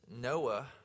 Noah